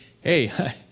hey